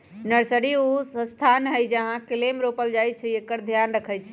nursery उ स्थान हइ जहा कलम रोपइ छइ आ एकर ध्यान रखहइ